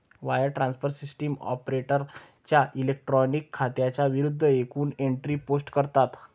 wire transfer system ऑपरेटरच्या electronic खात्यांच्या विरूद्ध एकूण एंट्री पोस्ट करतात